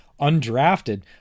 undrafted